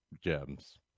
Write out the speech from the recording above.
gems